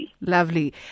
Lovely